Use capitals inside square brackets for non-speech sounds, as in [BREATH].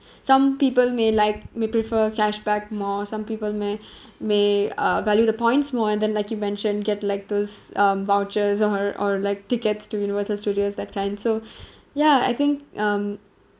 [BREATH] some people may like may prefer cashback more some people may [BREATH] may uh value the points more then like you mentioned get like those um vouchers or or like tickets to universal studios that kind so [BREATH] ya I think um